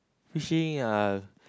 fishing uh